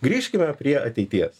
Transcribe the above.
grįžkime prie ateities